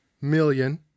million